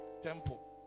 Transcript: Temple